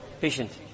patient